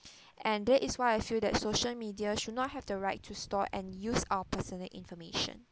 and that is why I feel that social media should not have the right to store and use our personal information